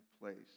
place